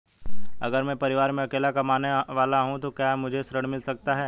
अगर मैं परिवार में अकेला कमाने वाला हूँ तो क्या मुझे ऋण मिल सकता है?